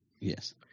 Yes